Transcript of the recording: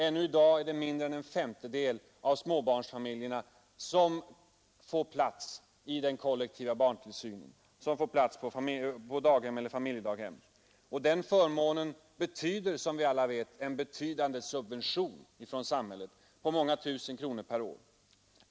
Ännu i dag är det mindre än en femtedel av småbarnsfamil jerna som får daghemseller familjedagshemsplats. Den förmånen innebär som vi alla vet en betydande subvention från samhället — subventionen uppgår till många tusen kronor per år.